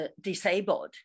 disabled